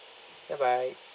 bye bye